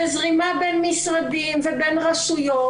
וזרימה בין משרדים ובין רשויות,